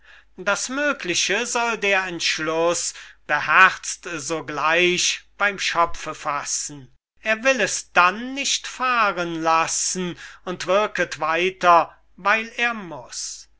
das mögliche soll der entschluß beherzt sogleich beym schopfe fassen er will es dann nicht fahren lassen und wirket weiter weil er muß